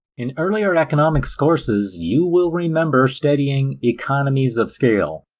in earlier economics courses you will remember studying economies of scale.